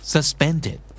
Suspended